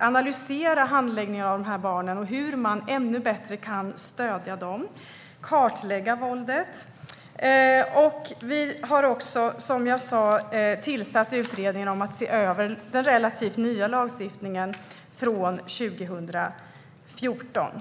analysera handläggningen av de här barnen, hur man ännu bättre kan stödja dem och kartlägga våldet. Vi har även, som jag sa, tillsatt en utredning som ska se över den relativt nya lagstiftningen från 2014.